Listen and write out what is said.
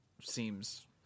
seems